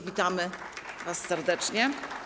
Witamy was serdecznie.